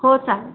हो चाल